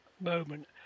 moment